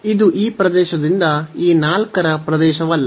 ಇದು ಈ ಪ್ರದೇಶದಿಂದ ಈ 4 ರ ಪ್ರದೇಶವಲ್ಲ